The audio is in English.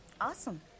awesome